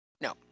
no